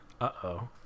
uh-oh